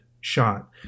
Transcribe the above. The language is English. shot